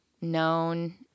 known